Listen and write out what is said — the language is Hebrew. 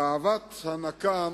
תאוות הנקם